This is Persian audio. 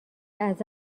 ازت